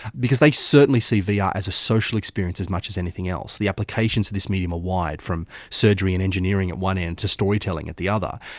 because they certainly see vr yeah as a social experience as much as anything else. the applications for this medium are wide, from surgery and engineering at one end, to storytelling at the other,